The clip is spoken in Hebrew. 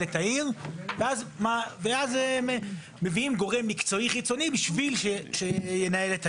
את העיר ואז מביאים גורם מקצועי חיצוני בשביל שינהל את העיר.